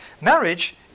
Marriage